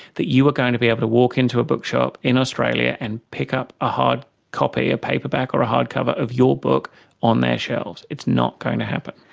that you are going to be able to walk into a bookshop in australia and pick up a hard copy a paperback or a hardcover of your book on their shelves, it's not going to happen.